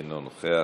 אינו נוכח.